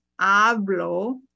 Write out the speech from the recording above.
hablo